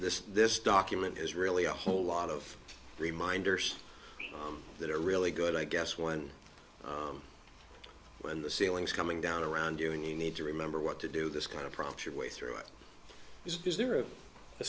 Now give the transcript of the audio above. this this document is really a whole lot of reminders that are really good i guess when when the ceiling is coming down around you and you need to remember what to do this kind of process your way through it is there a